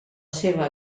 seva